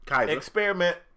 experiment